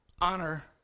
honor